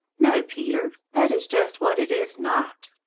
no, peter, that is just what it is not.